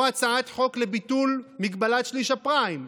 או הצעת חוק לביטול מגבלת שליש הפריים,